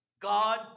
God